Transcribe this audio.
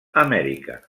amèrica